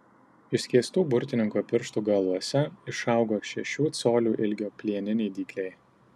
išskėstų burtininko pirštų galuose išaugo šešių colių ilgio plieniniai dygliai